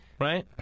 Right